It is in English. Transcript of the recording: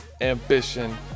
ambition